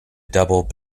double